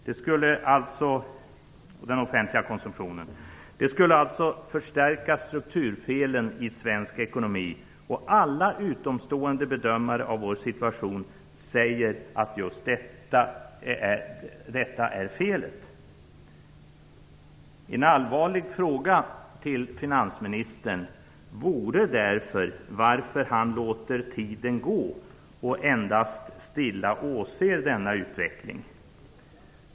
Det skulle alltså förstärka strukturfelen i svensk ekonomi. Alla utomstående bedömare av vår situation säger att just detta är felet. En allvarlig fråga till finansministern vore därför varför han låter tiden gå och endast stilla åser denna utveckling.